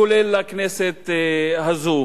כולל לכנסת הזאת.